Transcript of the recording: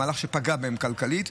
זה מהלך שפגע בהם כלכלית.